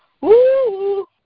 woo